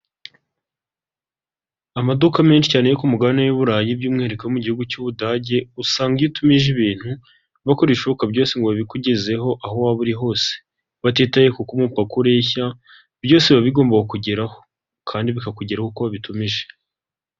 Amaduka menshi cyane yo kumugabane w'iburayi, by'umwihariko mu gihugu cy'uBudage, usanga iyo utumije ibintu, bakora ibishoboka byose ngo babikugezeho aho waba uri hose, batitaye kuko umupaka ureshya, byose biba bigomba kukugeraho kandi bikakugeraho uko bitumije.